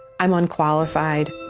i'm unqualified.